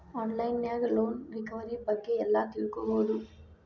on line ನ್ಯಾಗ loan recovery ಬಗ್ಗೆ ಎಲ್ಲಾ ತಿಳ್ಕೊಬೊದು